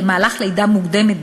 במהלך לידה מוקדמת,